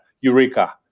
Eureka